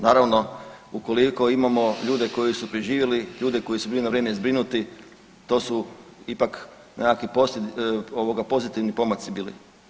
Naravno ukoliko imamo ljude koji su preživjeli, ljude koji su bili na vrijeme zbrinuti, to su ipak nekakvi ovoga pozitivni pomaci bili.